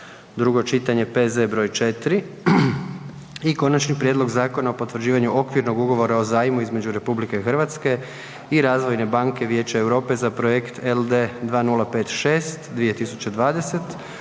drugo čitanje, P.Z. br. 4 - Konačni prijedlog Zakona o potvrđivanju Okvirnog ugovora o zajmu između Republike Hrvatske i Razvojne banke Vijeća Europe za projekt LD 2056 (2020)–